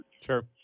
Sure